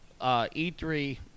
E3